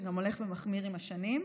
שגם הולך ומחמיר עם השנים.